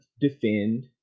defend